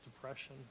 depression